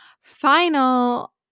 final